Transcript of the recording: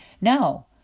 No